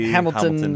Hamilton